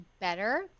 better